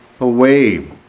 away